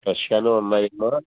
ఫ్రెష్గానే ఉన్నాయమ్మా